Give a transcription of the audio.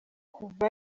kuva